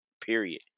Period